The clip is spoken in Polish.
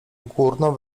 górną